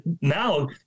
now